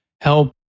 help